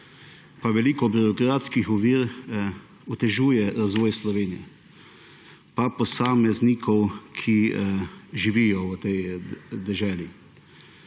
veliko birokratskih ovir otežuje razvoj Slovenije pa posameznikov, ki živijo v tej deželi.